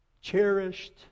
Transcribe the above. cherished